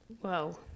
Whoa